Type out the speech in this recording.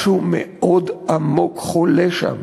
משהו מאוד עמוק חולה שם,